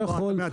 בסדר, לא אתה